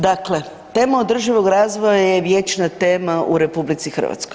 Dakle, tema održivog razvoja je vječna tema u RH.